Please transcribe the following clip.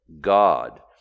God